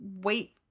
wait